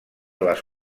les